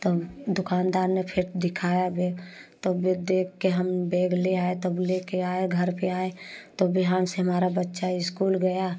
तब दुकानदार ने फ़िर दिखाया बैग तो वह देखकर हम बैग ले आए तब लेकर आए घर पर आए तो बिहान से हमारा बच्चा स्कूल गया